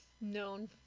known